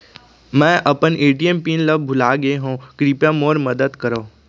मै अपन ATM PIN ला भूलागे हव, कृपया मोर मदद करव